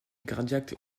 cardiaque